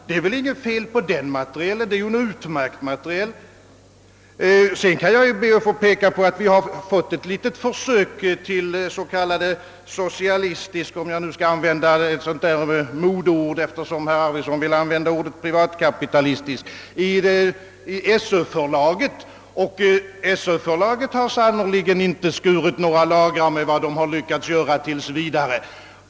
Denna skolmateriel är alldeles utmärkt. Vi har fått ett litet försök till s.k. socialistisk — om jag nu skall använda ett annat modeord, eftersom herr Arvidson använde ordet privatkapitalistisk — produktion i Sö-förlaget. Detta förlag har sannerligen inte hittills skurit några lagrar med vad de lyckats göra.